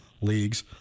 leagues